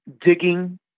digging